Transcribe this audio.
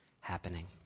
happening